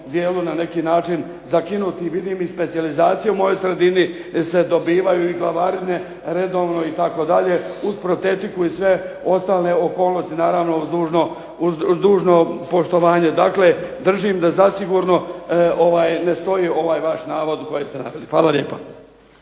dijelu na neki način zakinuti. Vidim i specijalizacijom u mojoj sredini se dobivaju i glavarine redovno itd. uz protetiku i sve ostale okolnosti, naravno uz dužno poštovanje. Dakle, držim da zasigurno ne stoji ovaj vaš navod koji ste naveli. Hvala lijepa.